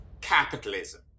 capitalism